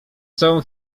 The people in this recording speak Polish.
całą